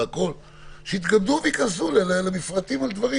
אז שיתכבדו וייכנסו לפרטים הקטנים.